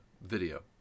video